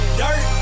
dirt